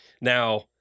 now